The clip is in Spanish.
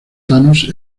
thanos